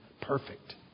Perfect